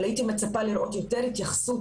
אבל הייתי מצפה לראות יותר התייחסות